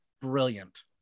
brilliant